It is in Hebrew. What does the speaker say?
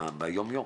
ביום יום,